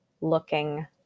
looking